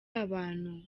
abantu